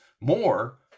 more